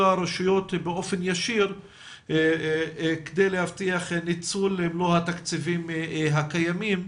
הרשויות באופן ישיר כדי להבטיח את ניצול מלוא התקציבים הקיימים,